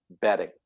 betting